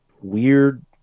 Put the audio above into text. weird